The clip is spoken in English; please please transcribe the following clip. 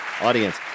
audience